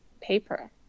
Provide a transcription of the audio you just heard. paper